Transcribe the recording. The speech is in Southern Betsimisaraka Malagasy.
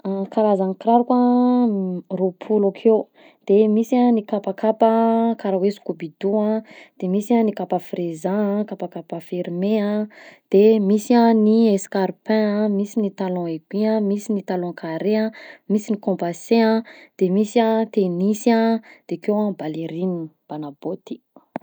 Karazan'ny kiraroko an roapolo akeo, de misy an ny kapakapa karaha hoe scoubidou an, de misy a ny kapa freza an, kapakapa fermé an, de misy a ny escarpin a, misy ny talon aiguille a, misy ny talon carré a, misy ny compensée a, de misy a tennis a de akeo a ballerine mbana bôty.